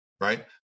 right